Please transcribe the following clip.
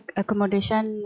accommodation